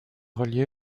reliée